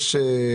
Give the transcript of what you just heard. נקלטו.